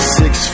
six